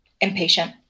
impatient